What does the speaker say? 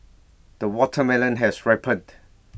the watermelon has ripened